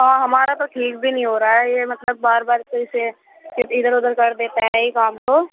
ہاں ہمارا تو ٹھیک بھی نہیں ہو رہا ہے یہ مطلب بار بار تو اسے صرف ادھر ادھر کر دیتا ہے یہ کام کو